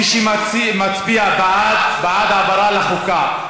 מי שמצביע בעד, בעד העברה לחוקה.